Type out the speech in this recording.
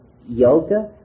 Yoga